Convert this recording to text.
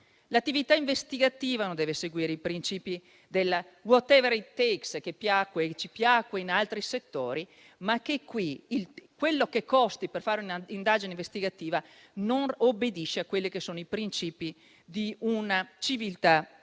L'attività investigativa non deve seguire i principi del *whatever it takes*, che ci piacque in altri settori, ma che nel caso di una indagine investigativa non obbedisce ai princìpi di una civiltà